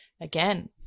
again